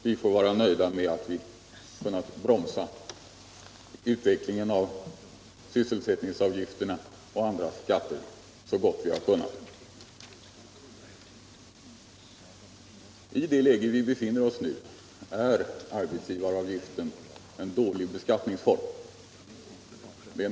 Vi får vara nöjda med att vi kunnat bromsa utvecklingen av sysselsättningsavgifterna och andra skatter så gott vi har kunnat. I det läge vi befinner oss i nu är arbetsgivaravgiften en dålig beskattningsform.